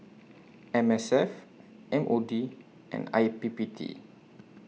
M S F M O D and I P P T